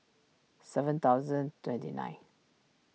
seven thousand twenty nine